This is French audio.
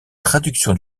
traductions